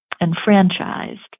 enfranchised